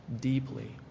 deeply